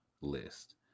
list